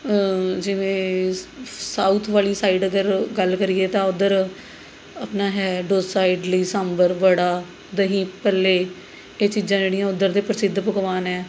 ਜਿਵੇਂ ਸਾਊਥ ਵਾਲੀ ਸਾਈਡ ਅਗਰ ਗੱਲ ਕਰੀਏ ਤਾਂ ਉੱਧਰ ਆਪਣਾ ਹੈ ਡੋਸਾ ਇਡਲੀ ਸਾਂਬਰ ਵੜਾ ਦਹੀਂ ਭੱਲੇ ਇਹ ਚੀਜ਼ਾਂ ਜਿਹੜੀਆਂ ਉੱਧਰ ਦੇ ਪ੍ਰਸਿੱਧ ਪਕਵਾਨ ਹੈ